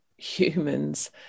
humans